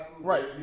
Right